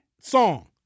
song